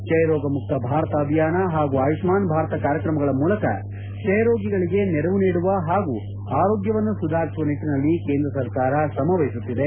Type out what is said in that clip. ಕ್ಷಯರೋಗ ಮುಕ್ತ ಭಾರತ ಅಭಿಯಾನ ಹಾಗೂ ಆಯುಷ್ಠಾನ್ ಭಾರತ ಕಾರ್ಯಕ್ರಮಗಳ ಮೂಲಕ ಕ್ಷಯ ರೋಗಿಗಳಿಗೆ ನೆರವು ನೀಡುವ ಹಾಗೂ ಆರೋಗ್ಲವನ್ನು ಸುಧಾರಿಸುವ ನಿಟ್ಲನಲ್ಲಿ ಕೇಂದ್ರ ಸರ್ಕಾರ ಶ್ರಮವಹಿಸುತ್ತಿದೆ